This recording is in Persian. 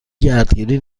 گردگیری